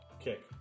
Kick